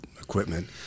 equipment